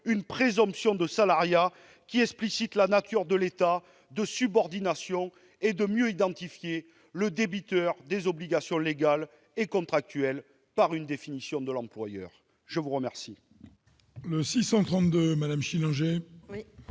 une présomption de salariat qui explicite la nature de l'état de subordination, ainsi que de mieux identifier le débiteur des obligations légales et contractuelles par une définition de l'employeur. L'amendement